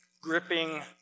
gripping